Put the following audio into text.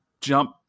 jump